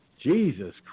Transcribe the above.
Jesus